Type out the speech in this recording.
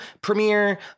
premiere